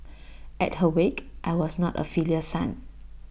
at her wake I was not A filial son